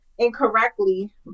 Incorrectly